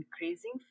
increasing